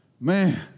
Man